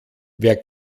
wer